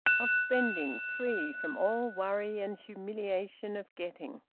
of spending free from all worry and humiliation of getting.